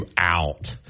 out